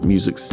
Music